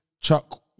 Chuck